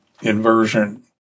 Inversion